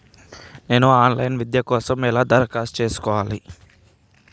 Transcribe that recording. నేను online విద్య కోసం ఎలా దరఖాస్తు చేసుకోవాలి?